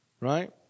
right